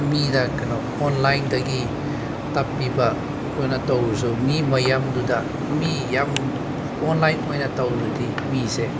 ꯃꯤꯗ ꯀꯩꯅꯣ ꯑꯣꯟꯂꯥꯏꯟꯗꯒꯤ ꯇꯥꯛꯄꯤꯕ ꯑꯣꯏꯅ ꯇꯧꯔꯁꯨ ꯃꯤ ꯃꯌꯥꯝꯗꯨꯗ ꯃꯤ ꯌꯥꯝ ꯑꯣꯟꯂꯥꯏꯟ ꯑꯣꯏꯅ ꯇꯧꯔꯗꯤ ꯃꯤꯁꯦ